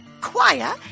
choir